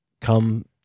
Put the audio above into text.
come